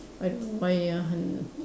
like why ah